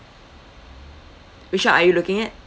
which one are you looking at